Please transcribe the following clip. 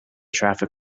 traffic